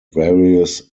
various